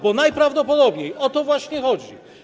Bo najprawdopodobniej o to właśnie chodzi.